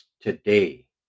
Today